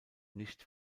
nicht